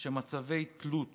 שמצבי תלות